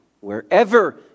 wherever